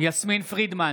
יסמין פרידמן,